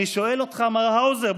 אני שואל אותך, מר האוזר.